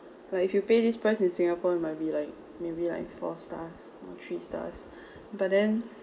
like if you pay this price in singapore it might be like maybe like four stars three stars but then